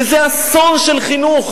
וזה אסון של חינוך.